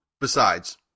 Besides